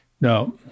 Now